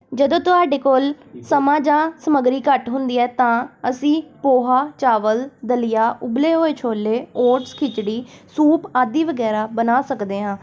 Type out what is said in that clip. ਜਦੋਂ ਤੁਹਾਡੇ ਕੋਲ ਸਮਾਂ ਜਾਂ ਸਮੱਗਰੀ ਘੱਟ ਹੁੰਦੀ ਹੈ ਤਾਂ ਅਸੀਂ ਪੋਹਾ ਚਾਵਲ ਦਲੀਆ ਉਬਲੇ ਹੋਏ ਛੋਲੇ ਓਟਸ ਖਿਚੜੀ ਸੂਪ ਆਦਿ ਵਗੈਰਾ ਬਣਾ ਸਕਦੇ ਹਾਂ